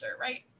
right